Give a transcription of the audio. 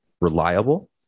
reliable